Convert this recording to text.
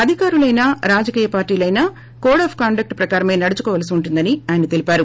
అధికారులైనా రాజకీయ పార్టీలైనా code of conduct ప్రకారమే నడుచుకోవలసి ఉంటుందని తెలిపారు